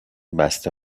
بسته